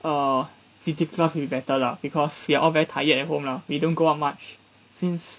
a physical class is better lah because we are all very tired at home lah we don't go out much since